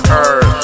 Earth